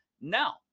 Now